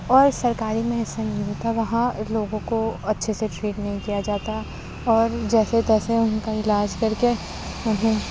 اور سرکاری میں ایسا نہیں ہوتا وہاں لوگوں کو اچھے سے ٹریٹ نہیں کیا جاتا اور جیسے تیسے ان کا علاج کر کے انہیں